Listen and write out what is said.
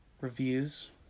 Reviews